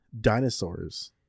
dinosaurs